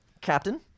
Captain